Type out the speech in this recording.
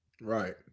Right